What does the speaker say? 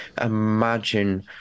imagine